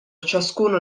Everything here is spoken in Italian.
ciascuno